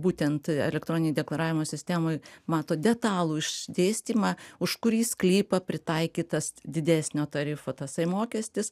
būtent elektroninėj deklaravimo sistemoj mato detalų išdėstymą už kurį sklypą pritaikytas didesnio tarifo tasai mokestis